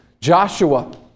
Joshua